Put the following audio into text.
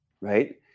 right